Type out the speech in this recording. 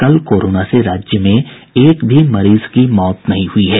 कल कोरोना से राज्य में एक भी मरीज की मौत नहीं हुई है